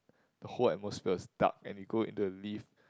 the whole atmosphere is dark and you go into the lift